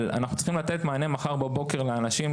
אבל אנחנו צריכים לתת מענה מחר בבוקר לאנשים,